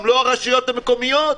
גם לא הרשויות המקומיות.